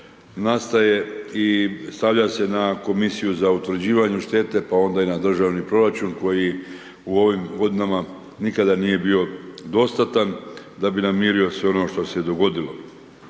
nastaje i stavlja se na komisiju za utvrđivanje štete, pa onda i na državni proračun, koji u ovim godinama nikada nije bio dostatan, da bi namirio sve ono što se je dogodilo.